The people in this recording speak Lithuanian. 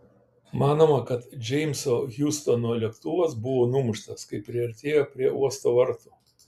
manoma kad džeimso hjustono lėktuvas buvo numuštas kai priartėjo prie uosto vartų